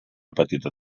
petita